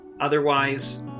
Otherwise